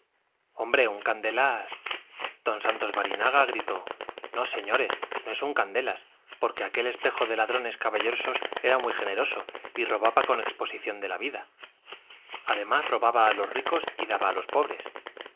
hombre un candelas don santos barinaga gritó no señores no es un candelas porque aquel espejo de ladrones caballerosos era muy generoso y robaba con exposición de la vida además robaba a los ricos y daba a los pobres